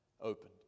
opened